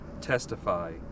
testify